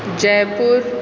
Jaipur